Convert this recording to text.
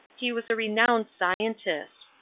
he was a renowned scientist.